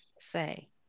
say